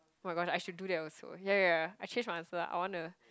oh-my-gosh I should do that also ya ya ya I change my answer I want to